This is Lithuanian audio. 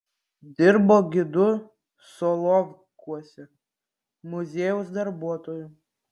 dirbo gidu solovkuose muziejaus darbuotoju